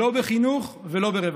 לא בחינוך ולא ברווחה.